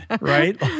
right